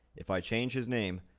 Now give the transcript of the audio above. if i change his name,